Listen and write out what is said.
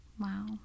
Wow